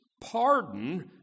Pardon